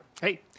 Hey